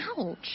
ouch